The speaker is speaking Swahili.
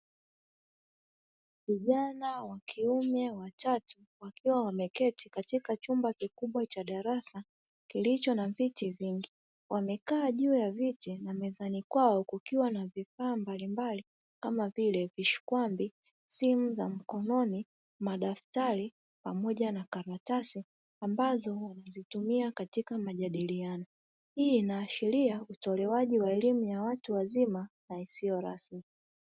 Vijana wa kiume watatu wakiwa wameketi katika chumba kikubwa cha darasa kilicho na viti vingi. Wamekaa juu ya viti na mezani kwao kukiwa na vifaa mbalimbali kama vile: vishikwambi, simu za mkononi, madaftari pamoja na karatasi; ambazo huzitumia katika majadiliano. Hii inaashiria utolewaji wa elimu ya watu wazima na isiyo rasmi.